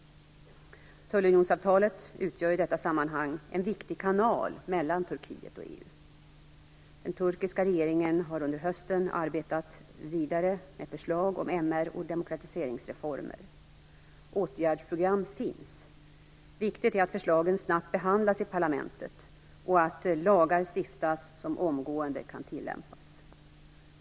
Tullunionsavtalet utgör i detta sammanhang en viktig kanal mellan Turkiet och EU. Den turkiska regeringen har under hösten arbetat vidare med förslag om MR och demokratiseringsreformer. Åtgärdsprogram finns. Viktigt är att förslagen snabbt behandlas i parlamentet och att lagar stiftas som omgående kan tillämpas.